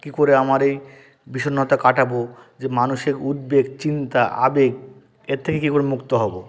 কী করে আমার এই বিষণ্ণতা কাটাব যে মানসিক উদ্বেগ চিন্তা আবেগ এর থেকে কী করে মুক্ত হব